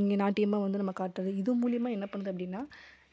இங்கே நாட்டியமாக வந்து நம்ம காட்டுகிறது இது மூலிமா என்ன பண்ணுது அப்படின்னா